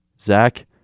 Zach